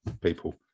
people